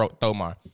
Thomar